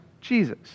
Jesus